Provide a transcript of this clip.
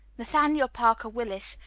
nathaniel parker willis,